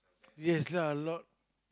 yes lah lot